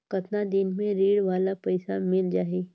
कतना दिन मे ऋण वाला पइसा मिल जाहि?